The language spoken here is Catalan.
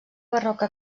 barroca